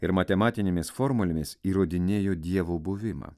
ir matematinėmis formulėmis įrodinėjo dievo buvimą